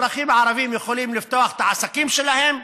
האזרחים הערבים יכולים לפתוח את העסקים שלהם,